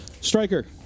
Striker